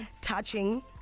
touching